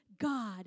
God